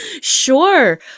Sure